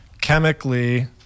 Chemically